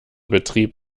betrieb